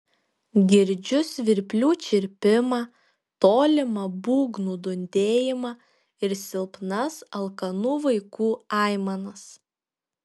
girdžiu svirplių čirpimą tolimą būgnų dundėjimą ir silpnas alkanų vaikų aimanas